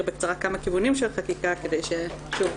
בקצרה כמה כיוונים של חקיקה כדי שוב,